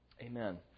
Amen